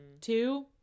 Two